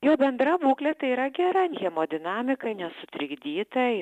jo bendra būklė tai yra gera hemodinamika nesutrikdyta